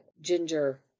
ginger